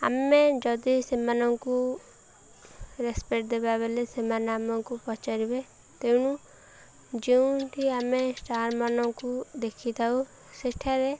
ଆମେ ଯଦି ସେମାନଙ୍କୁ ରେସପେକ୍ଟ ଦେବା ବେଳେ ସେମାନେ ଆମକୁ ପଚାରିବେ ତେଣୁ ଯେଉଁଠି ଆମେ ଷ୍ଟାର୍ ମାନଙ୍କୁ ଦେଖିଥାଉ ସେଠାରେ